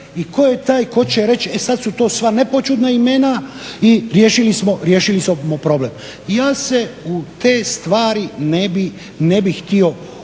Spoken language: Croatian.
i ko je taj ko će reć e sad su to sve nepoćudna imena i riješili smo problem. I ja se u te stvari ne bih htio uplitati.